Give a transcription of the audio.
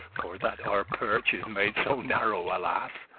for that our perch is made so narrow, alas!